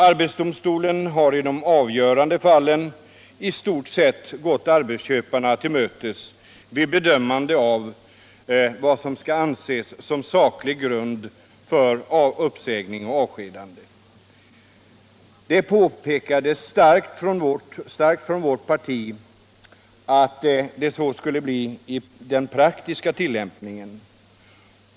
Arbetsdomstolen har i de avgörande fallen i stort sett gått arbetsköparna till mötes vid bedömandet av vad som skall anses som saklig grund för uppsägning och avsked. Det påpekades starkt från vårt parti att det skulle bli på det sävtet i den praktiska tillämpningen.